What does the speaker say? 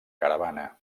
caravana